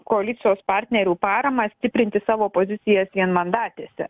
koalicijos partnerių paramą stiprinti savo pozicijas vienmandatėse